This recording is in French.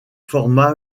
forma